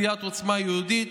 סיעת עוצמה יהודית,